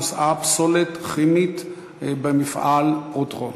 נושאה: פסולת כימית במפעל "פרוטרום".